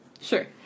Sure